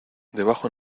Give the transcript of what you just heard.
debajo